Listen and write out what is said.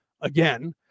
again